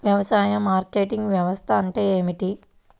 వ్యవసాయ మార్కెటింగ్ వ్యవస్థ అంటే ఏమిటి?